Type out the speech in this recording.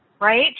right